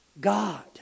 God